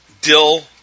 dill